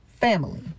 family